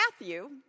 Matthew